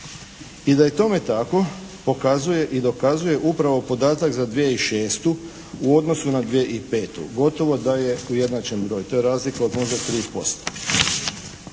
I da je tome tako pokazuje i dokazuje upravo podatak za 2006. u odnosu na 2005. Gotovo da je ujednačen broj. To je razlika od